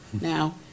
now